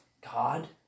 God